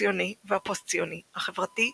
הציוני והפוסט-ציוני, החברתי והכלכלי.